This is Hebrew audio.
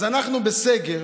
אז אנחנו בסגר